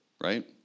right